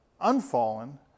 unfallen